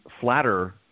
flatter